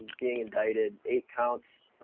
being indicted. eight counts,